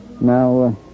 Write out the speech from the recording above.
Now